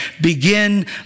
begin